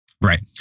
Right